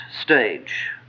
stage